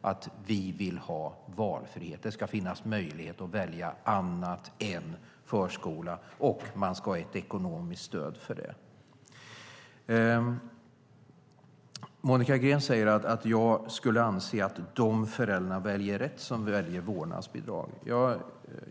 att de vill ha valfrihet. Det ska finnas möjlighet att välja annat än förskola, och man ska ha ett ekonomiskt stöd för det. Monica Green säger att jag skulle anse att de föräldrar väljer rätt som väljer vårdnadsbidrag.